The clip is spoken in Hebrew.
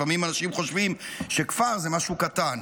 לפעמים אנשים חושבים שכפר זה משהו קטן,